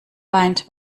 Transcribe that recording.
weint